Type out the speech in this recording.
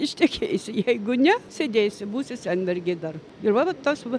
ištekėsi jeigu ne sėdėsi būsi senmergė dar ir va va tas va